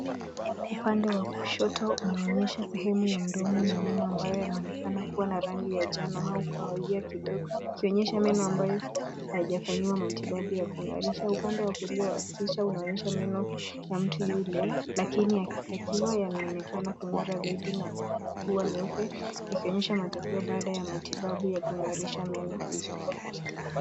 Upande wa kushoto unaonyesha sehemu ya mdomo na meno ambayo yanaonekaan kuwa na rangi ya njano au kahawia kidogo ikionyesha meno ambayo haijafanyiwa matibabu ya kungarisha. Upande wa kulia wa picha unaonyesha meno ya mtu yule lakini yakiwa yanaonekana kungara zaidi na kuwa meupe ikionyesha matokeo baada ya matibabu ya kungarisha meno.